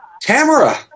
Tamara